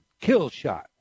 Killshot